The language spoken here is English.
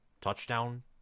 touchdown